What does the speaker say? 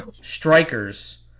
Strikers